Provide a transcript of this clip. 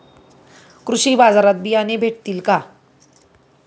कृषी बाजारात बियाणे भेटतील का?